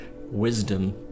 wisdom